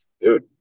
dude